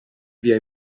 via